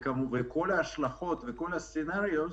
כולל כל ההשלכות וכל התרחישים.